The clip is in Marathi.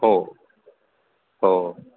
हो हो